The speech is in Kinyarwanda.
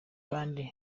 kandi